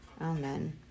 Amen